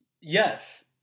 yes